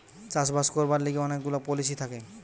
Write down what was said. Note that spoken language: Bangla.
চাষ বাস করবার লিগে অনেক গুলা পলিসি থাকে